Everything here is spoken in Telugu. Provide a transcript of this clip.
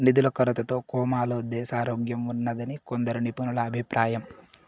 నిధుల కొరతతో కోమాలో దేశారోగ్యంఉన్నాదని కొందరు నిపుణుల అభిప్రాయం